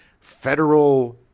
federal